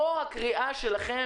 פה הקריאה שלכם,